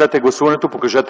По §